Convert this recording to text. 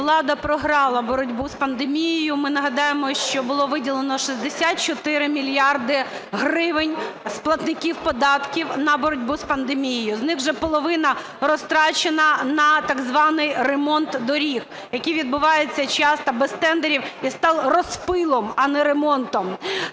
влада програла боротьбу з пандемією, ми нагадаємо, що було виділено 64 мільярда гривень з платників податків на боротьбу з пандемією, з них вже половина розтрачена на, так званий, ремонт доріг, який відбувається часто без тендерів і став розпилом, а не ремонтом.